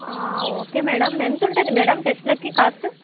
okay madam ఎంత ఉంటుంది madam టెస్ట్లకి కాస్ట్